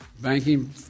banking